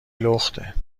لخته